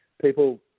people